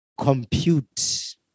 compute